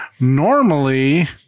Normally